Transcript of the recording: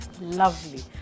Lovely